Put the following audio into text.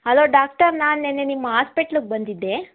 hello doctor ನಾನು ನಿನ್ನೆ ನಿಮ್ಮ ಹಾಸ್ಪೆಟ್ಲ್ಗೆ ಬಂದಿದ್ದೆ